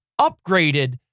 upgraded